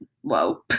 whoa